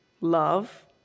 Love